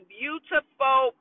beautiful